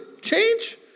change